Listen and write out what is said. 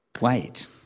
wait